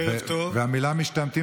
והמילה "משתמטים",